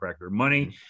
Money